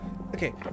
okay